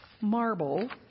marble